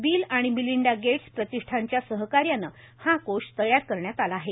bill आणि Melinda Gates प्रतिष्ठानाच्या सकहार्यानं हा कोष तयार करण्यात आला आहे